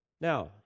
Now